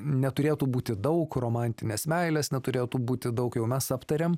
neturėtų būti daug romantinės meilės neturėtų būti daug jau mes aptarėm